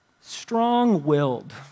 strong-willed